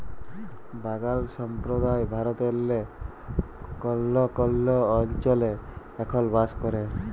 বাগাল সম্প্রদায় ভারতেল্লে কল্হ কল্হ অলচলে এখল বাস ক্যরে